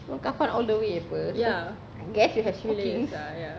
kain kafan all the way apa guess you have stockings